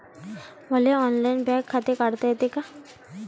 मले online bank खाते काढता येते का?